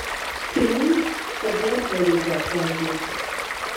primink kad džordžą reikia apvesdinti